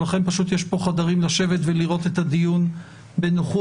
אבל לכם יש פה חדרים לשבת ולראות את הדיון בנוחות,